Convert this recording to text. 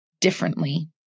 differently